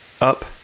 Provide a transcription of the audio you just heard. up